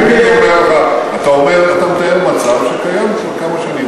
אתה מתאר מצב שקיים כבר כמה שנים,